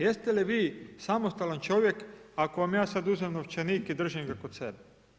Jeste li vi samostalan čovjek ako vam ja sad uzmem novčanik i držim ga kod sebe?